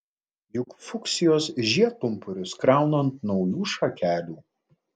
juk fuksijos žiedpumpurius krauna ant naujų šakelių